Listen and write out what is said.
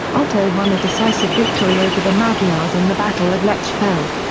otto won a decisive victory over the magyars in the battle of lechfeld.